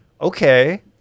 Okay